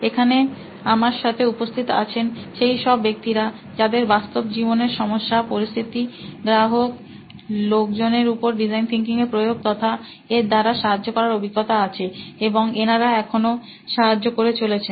এখানে আমার সাথে উপস্থিত আছেন সেই সব ব্যক্তিরা যাদের বাস্তব জীবনের সমস্যা পরিস্থিতি গ্রাহক লোকজনের উপর ডিজাইন থিঙ্কিং এর প্রয়োগ তথা এর দ্বারা সাহায্য করার অভিজ্ঞতা আছে এবং এনারা এখনো সাহায্য করে চলেছেন